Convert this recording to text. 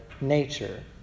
Nature